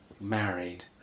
Married